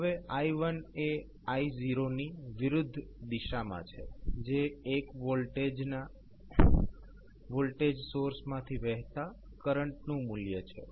હવે i1એ i0 ની વિરુદ્ધ દિશામાં છે જે 1 V ના વોલ્ટેજ સોર્સ માંથી વહેતા કરંટનું મૂલ્ય છે